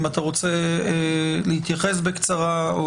האם אתה רוצה להתייחס בקצרה?